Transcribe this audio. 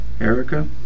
Erica